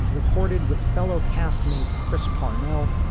recorded with fellow cast mate chris parnell,